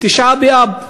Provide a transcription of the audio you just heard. בתשעה באב,